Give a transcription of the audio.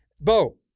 Bo